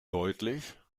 deutlich